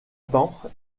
temps